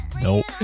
Nope